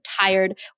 tired